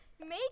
make